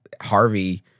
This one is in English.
harvey